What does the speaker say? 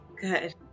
good